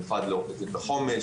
במיוחד לאור תכנית החומש.